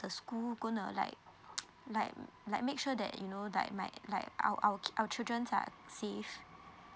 the school going to like like mm like make sure that you know like my like our our ki~ our children are safe